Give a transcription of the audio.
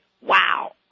wow